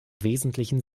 wesentlichen